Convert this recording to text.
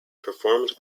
performed